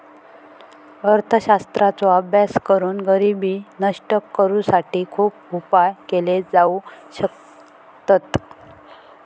अर्थशास्त्राचो अभ्यास करून गरिबी नष्ट करुसाठी खुप उपाय केले जाउ शकतत